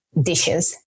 dishes